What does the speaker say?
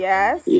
Yes